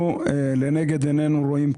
לנגד עינינו אנחנו רואים,